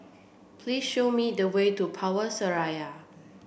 please show me the way to Power Seraya